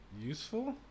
useful